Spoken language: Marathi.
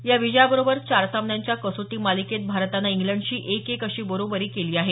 या विजयाबरोबरचं चार सामन्यांच्या कसोटी मालिकेत भारतानं इंग्लंडशी एक एक अशी बरोबरी केली आहे